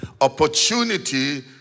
opportunity